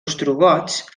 ostrogots